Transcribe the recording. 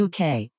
UK